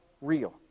real